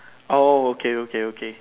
oh okay okay okay